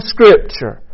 Scripture